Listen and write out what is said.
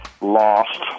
lost